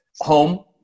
home